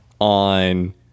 on